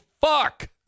fuck